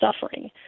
suffering